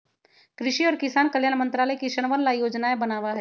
कृषि और किसान कल्याण मंत्रालय किसनवन ला योजनाएं बनावा हई